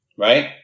Right